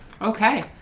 Okay